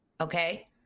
okay